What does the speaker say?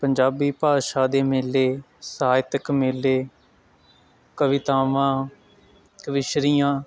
ਪੰਜਾਬੀ ਭਾਸ਼ਾ ਦੇ ਮੇਲੇ ਸਾਹਿਤਕ ਮੇਲੇ ਕਵਿਤਾਵਾਂ ਕਵਿਸ਼ਰੀਆਂ